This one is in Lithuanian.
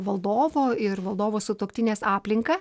valdovo ir valdovo sutuoktinės aplinką